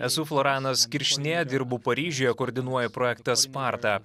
esu floranas kiršnė dirbu paryžiuje koordinuoju projektą sparta